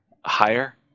higher